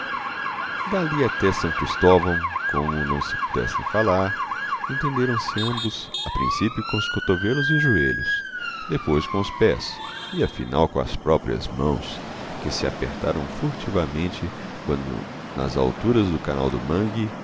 dali até são cristóvão como não se pudessem falar entenderam se ambos a princípio com os cotovelos e os joelhos depois com os pés e afinal com as próprias mãos que se apertaram furtivamente quando nas alturas do canal do